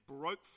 broke